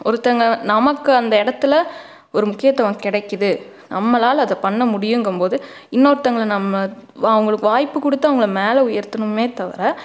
ஒருத்தவங்க நமக்கு அந்த இடத்துல ஒரு முக்கியத்துவம் கிடைக்குது நம்மளால அதை பண்ண முடியுங்கும் போது இன்னொருத்தவங்க நம்ம அவங்களுக்கு வாய்ப்பு கொடுத்து அவங்களை மேலே உயர்த்தணுமே தவிர